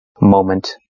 moment